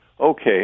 Okay